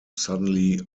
suddenly